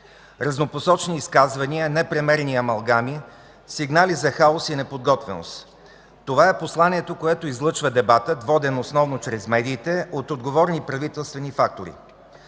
Разнопосочни изказвания, непремерени амалгами, сигнали за хаос и неподготвеност – това е посланието, което излъчва дебатът, воден основно чрез медиите от отговорни правителствени фактори.